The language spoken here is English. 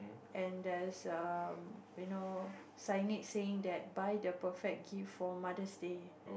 and there's a you know signage saying that buy the perfect gift for Mother's Day